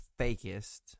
fakest